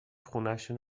خونشون